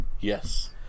yes